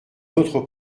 autre